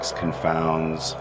confounds